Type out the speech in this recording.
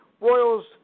Royals